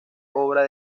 obra